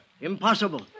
Impossible